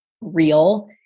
real